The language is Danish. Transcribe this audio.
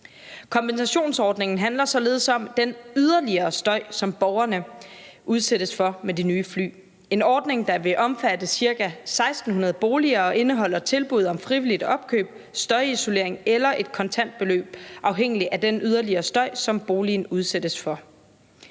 Kompensationsordningen handler således om den yderligere støj, som borgerne udsættes for med de nye fly. Det er en ordning, der vil omfatte ca. 1.600 boliger, og som indeholder tilbud om frivilligt opkøb, støjisolering eller et kontantbeløb – afhængig af den yderligere støj, som boligen udsættes for.